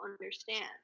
understand